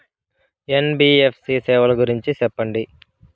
NBFC సేవల గురించి సెప్పండి?